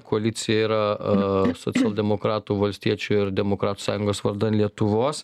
koalicija yra socialdemokratų valstiečių ir demokratų sąjungos vardan lietuvos